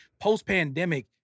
post-pandemic